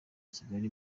kigali